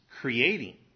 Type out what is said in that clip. creating